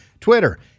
Twitter